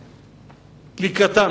לקראתם,